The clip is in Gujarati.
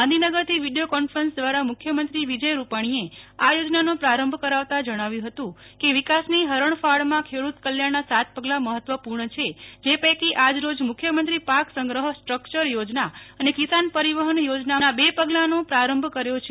ગાંધીનગરથી વિડીયો કોન્ફરન્સ દ્વારા મુ ખ્યમંત્રી વિજયભાઇ રૂપાણીએ આ યોજનાનો પ્રારંભ કરાવતાં જણાવ્યું હતું ક્રે વિકાસની હરણફાળમાં ખેડૂત કલ્યાણના સાત પગલાં મહત્વપૂર્ણ છે જે પૈકી આજરીજ મુખ્યમંત્રી પાક સંગ્રહ સ્ટ્રકચર થોજના અનેકિસાન પરિવહન થોજનાના બે પગલાંનો પ્રારંભ કર્યો છે